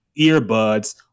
earbuds